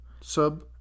sub